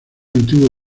antiguo